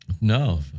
No